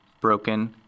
broken